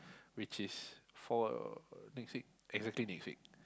which is for next week exactly next week